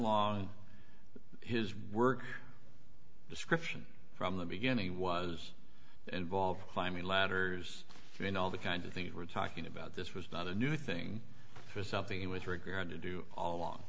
along his work description from the beginning was involved climbing ladders and all the kind of things we're talking about this was not a new thing for something with regard to do all